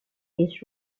his